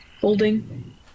Holding